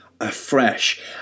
afresh